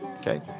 Okay